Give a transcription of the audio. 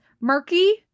murky